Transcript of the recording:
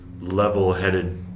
level-headed